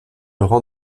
rang